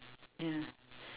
ya